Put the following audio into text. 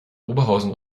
oberhausen